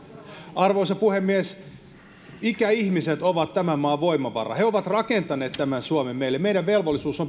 arvoisa puhemies ikäihmiset ovat tämän maan voimavara he ovat rakentaneet tämän suomen meille meidän velvollisuutemme